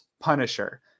Punisher